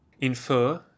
Infer